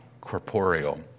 corporeal